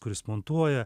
kuris montuoja